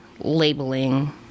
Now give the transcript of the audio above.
labeling